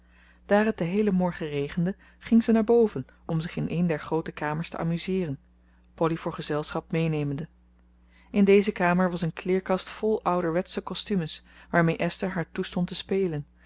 daar het den heelen morgen regende ging ze naar boven om zich in een der groote kamers te amuseeren polly voor gezelschap meenemende in deze kamer was een kleerkast vol ouderwetsche costumes waarmee esther haar toestond te spelen